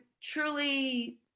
truly